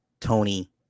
Tony